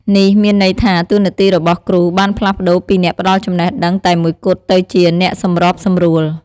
នេះមានន័យថា តួនាទីរបស់គ្រូបានផ្លាស់ប្ដូរពីអ្នកផ្ដល់ចំណេះដឹងតែមួយគត់ ទៅជា អ្នកសម្របសម្រួល។